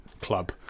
club